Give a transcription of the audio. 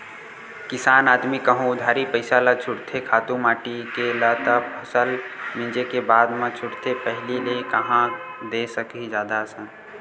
किसान आदमी कहूँ उधारी पइसा ल छूटथे खातू माटी के ल त फसल मिंजे के बादे म छूटथे पहिली ले कांहा दे सकही जादा असन